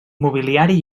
mobiliari